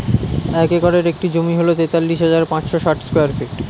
এক একরের একটি জমি হল তেতাল্লিশ হাজার পাঁচশ ষাট স্কয়ার ফিট